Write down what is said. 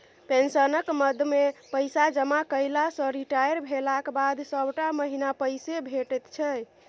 पेंशनक मदमे पैसा जमा कएला सँ रिटायर भेलाक बाद सभटा महीना पैसे भेटैत छै